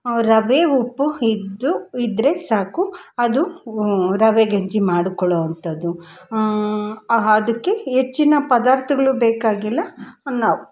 ರವೆ ಉಪ್ಪು ಇದ್ದು ಇದ್ದರೆ ಸಾಕು ಅದು ರವೆಗಂಜಿ ಮಾಡ್ಕೊಳ್ಳೋ ಅಂಥದ್ದು ಅದಕ್ಕೆ ಹೆಚ್ಚಿನ ಪದಾರ್ಥಗಳು ಬೇಕಾಗಿಲ್ಲ ನಾವು